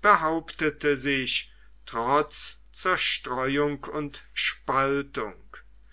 behauptete sich trotz zerstreuung und spaltung